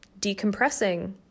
decompressing